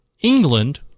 England